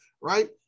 right